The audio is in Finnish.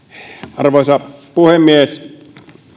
arvoisa puhemies